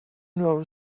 know